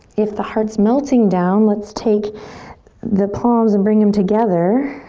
if the heart's melting down, let's take the palms and bring em together.